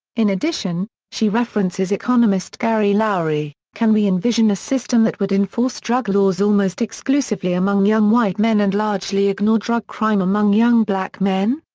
in addition, she references economist gary loury can we envision a system that would enforce drug laws almost exclusively among young white men and largely ignore drug crime among young black men?